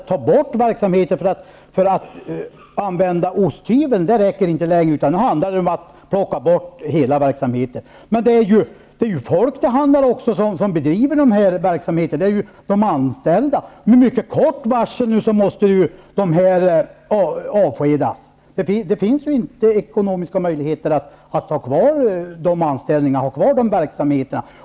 Det räcker inte längre att använda osthyveln, utan det gäller att plocka bort hela verksamheter. Det handlar också om folk som bedriver verksamheterna, de anställda, som nu med mycket kort varsel måste avskedas. Det finns inte ekonomiska möjligheter att ha kvar de anställningarna och de verksamheterna.